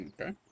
Okay